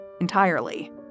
entirely